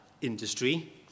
industry